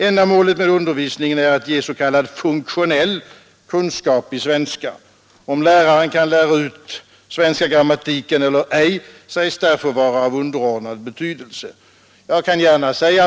Ändamålet med undervisningen är att ge s.k. funktionell kunskap i svenska. Om läraren kan lära ut svenska grammatiken eller ej sägs därför vara av underordnad betydelse.